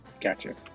gotcha